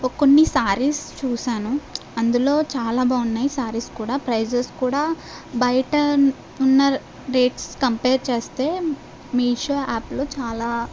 ఓ కొన్ని సారీస్ చూసాను అందులో చాలా బాగున్నాయి సారీస్ కూడా ప్రైజెస్ కూడా బయట ఉన్న రేట్స్ కంపేర్ చేస్తే మీషో యాప్లో చాలా